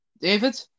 David